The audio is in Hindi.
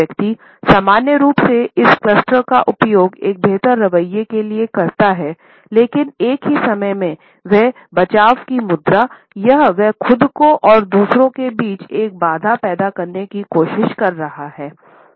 व्यक्ति सामान्य रूप से इस क्लस्टर का उपयोग एक बेहतर रवैया के लिए करता है लेकिन एक ही समय में वह बचाव की मुद्रा या वह खुद को और दूसरों के बीच एक बाधा पैदा करने के लिए कोशिश कर रहा है